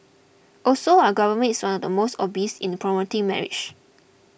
also our government is one of the most obsessed in the promoting marriage